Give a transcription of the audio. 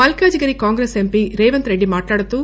మల్కాంజ్ గిరి Congress MP Revanth Reddy మాట్లాడుతూ